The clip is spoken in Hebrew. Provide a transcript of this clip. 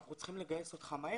אנחנו צריכים לגייס אותך מהר,